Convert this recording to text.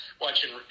watching